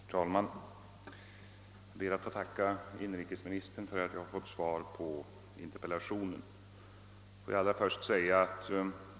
Herr talman! Jag ber att få tacka inrikesministern för svaret på min interpellation.